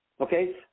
okay